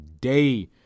day